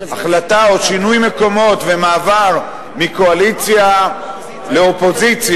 החלטה או שינוי מקומות ומעבר מקואליציה לאופוזיציה,